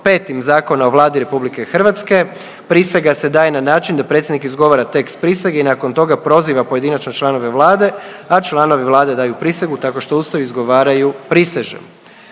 5. Zakona o Vladi Republike Hrvatske prisega se daje na način da predsjednik izgovara tekst prisege i nakon toga proziva pojedinačno članove Vlade, a članovi Vlade daju prisegu tako što uz to izgovaraju „prisežem“.